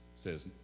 says